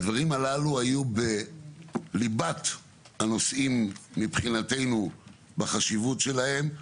הדברים הללו היו בליבת הנושאים מבחינתנו בחשיבות שלהם,